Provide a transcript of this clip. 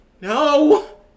No